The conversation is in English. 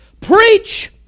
Preach